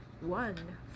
one